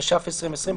התש"ף-2020,